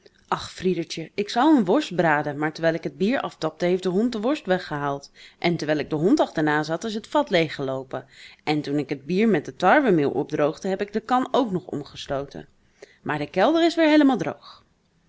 ach friedertje ik zou een worst braden maar terwijl ik het bier aftapte heeft de hond de worst weggehaald en terwijl ik den hond achterna zat is het vat leeggeloopen en toen ik het bier met het tarwemeel opdroogde heb ik de kan ook nog omgestooten maar de kelder is weer heelemaal droog